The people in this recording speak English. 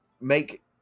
make